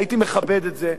הייתי מכבד את זה.